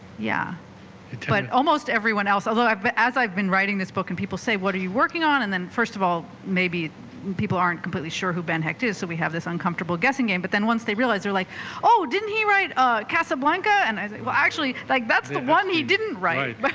yeah but almost everyone else although but as i've been writing this book and people say what are you working on and then first of all maybe people aren't completely sure who ben hecht is so we have this uncomfortable guessing game but then once they realize they're like oh didn't he write ah casablanca and i say well actually like that's the one he didn't write but